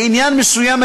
לעניין מסוים,